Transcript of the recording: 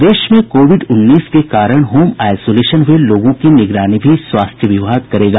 प्रदेश में कोविड उन्नीस के कारण होम आईसोलेट हुये लोगों की निगरानी भी स्वास्थ्य विभाग करेगा